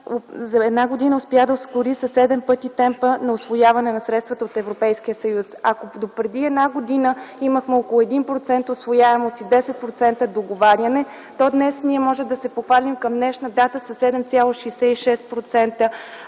за една година успя да ускори със седем пъти темпа на усвояване на средствата от Европейския съюз. Ако до преди една година имахме около 1% усвояемост и 10% договаряне, то ние можем да се похвалим към днешна дата със 7,66%